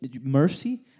mercy